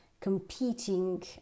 competing